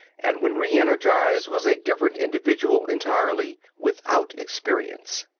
and when reenergized was a different individual entirely, without experience.